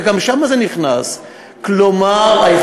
וגם זה נכנס שם.